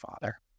father